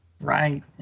Right